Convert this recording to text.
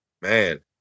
man